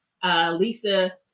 Lisa